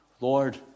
Lord